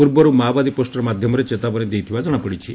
ପୂର୍ବର୍ ମାଓବାଦୀ ପୋଷ୍ଟର ମାଧ୍ଧମରେ ଚେତବାନୀ ଦେଇଥିବା ଜଣାପଡିଛି